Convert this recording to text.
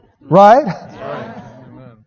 Right